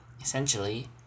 essentially